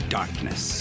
darkness